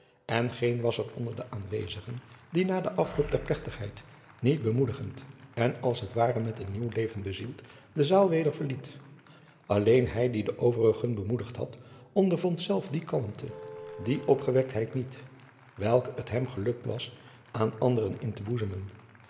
en geen was er onder de aanwezigen die na den afloop der plechtigheid niet bemoedigd en als t ware met een nieuw leven bezield de zaal weder verliet alleen hij die de overigen bemoedigd had ondervond zelf jacob van lennep de pleegzoon die kalmte die opgewektheid niet welke het hem gelukt was aan anderen in te boezemen